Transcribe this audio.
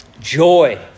joy